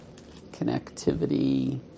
connectivity